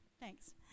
Thanks